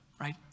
right